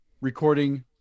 recording